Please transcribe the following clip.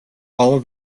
all